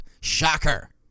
Shocker